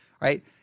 right